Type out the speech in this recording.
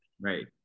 Right